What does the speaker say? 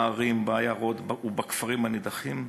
בערים, בעיירות ובכפרים הנידחים,